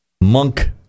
monk